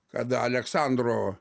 kada aleksandro